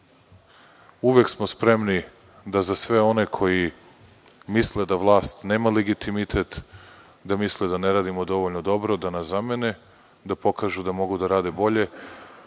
uvek smo spremni da za sve one koji misle da vlast nema legitimitet, da misle da ne radimo dovoljno dobro, da nas zamene, da pokažu da mogu da rade bolje.